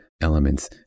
elements